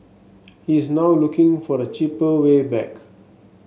he is now looking for a cheaper way back